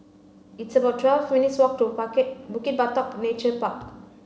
it's about twelve minutes walk to Bukit Batok Nature Park